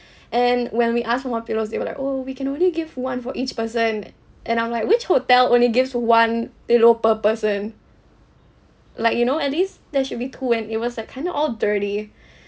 and when we asked for more pillows they were like oh we can only give one for each person uh and I'm like which hotel only gives one pillow per person like you know at least there should be two and it was like kind of all dirty